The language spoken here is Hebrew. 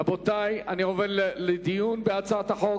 רבותי, אני עובר לדיון בהצעת החוק.